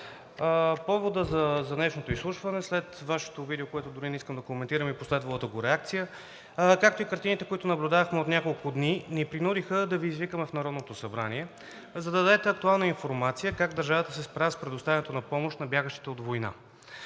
поводът за днешното изслушване – след Вашето видео, което дори не искам да коментирам, и последвалата го реакция, както и картините, които наблюдавахме от няколко дни, ни принудиха да Ви извикаме в Народното събрание, за да дадете актуална информация как държавата се справя с предоставянето на помощ на бягащите от война,